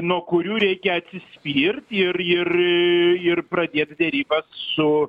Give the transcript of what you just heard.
nuo kurių reikia atsispirt ir ir ir pradėt derybas su